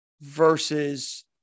versus